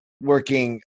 working